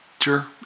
Sure